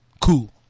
Cool